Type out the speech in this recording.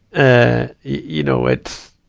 ah, you know, it's,